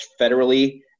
federally